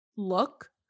look